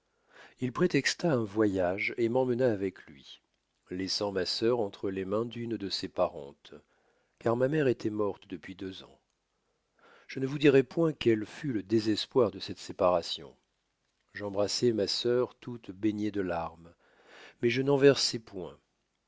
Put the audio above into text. il prétexta un voyage et m'emmena avec lui laissant ma sœur entre les mains d'une de ses parentes car ma mère étoit morte depuis deux ans je ne vous dirai point quel fut le désespoir de cette séparation j'embrassai ma sœur toute baignée de larmes mais je n'en versai point